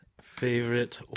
Favorite